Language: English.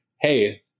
Hey